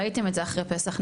ראיתם את זה אחרי פסח,